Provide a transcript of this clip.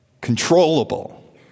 controllable